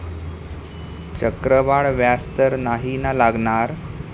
चक्रवाढ व्याज तर नाही ना लागणार?